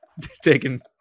taking